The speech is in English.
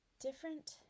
different